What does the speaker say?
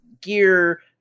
gear